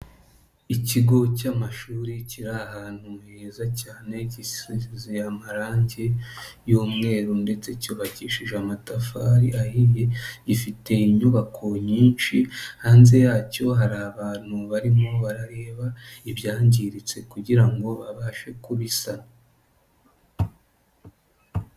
Ikigo cy'amashuri kiri ahantu heza cyane gisize amarangi y'umweru ndetse cyubakishije amatafari ahiye, gifite inyubako nyinshi hanze yacyo hari abantu barimo barareba ibyangiritse kugira ngo babashe kubisana.